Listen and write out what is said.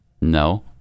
No